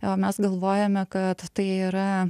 jo mes galvojame kad tai yra